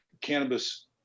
cannabis